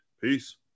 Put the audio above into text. Peace